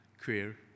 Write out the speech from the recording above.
queer